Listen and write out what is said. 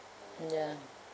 ya